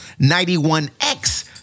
91X